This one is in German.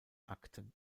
akten